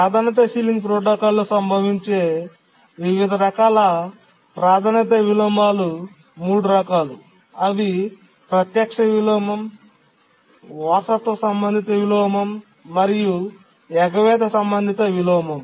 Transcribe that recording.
ప్రాధాన్యత సీలింగ్ ప్రోటోకాల్లో సంభవించే వివిధ రకాల ప్రాధాన్యత విలోమాలు మూడు రకాలు అవి ప్రత్యక్ష విలోమం వారసత్వ సంబంధిత విలోమం మరియు ఎగవేత సంబంధిత విలోమం